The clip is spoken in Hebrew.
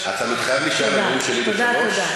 אתה מתחייב להישאר לנאום שלי ב-03:00,